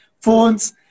phones